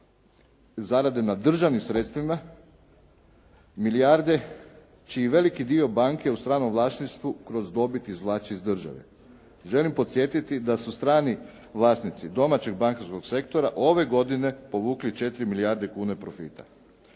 zarade na državnim sredstvima, milijarde čiji veliki dio banke u stranom vlasništvu kroz dobit izvlače iz države. Želim podsjetiti da su strani vlasnici domaćeg bankarskog sektora ove godine povukli 4 milijarde kuna profita.